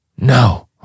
No